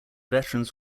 veterans